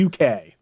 UK